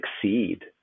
succeed